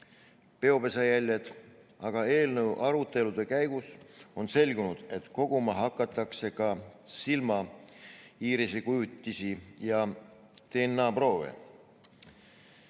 peopesajäljed, aga eelnõu arutelude käigus on selgunud, et koguma hakatakse ka silmaiirise kujutisi ja DNA‑proove.